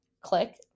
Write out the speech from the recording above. click